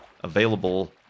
available